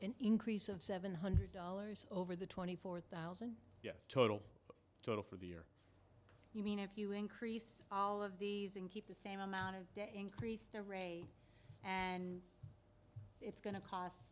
an increase of seven hundred dollars over the twenty four thousand yes total total for the year you mean if you increase all of these and keep the same amount of debt increase the ray and it's going to cost